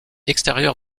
extérieur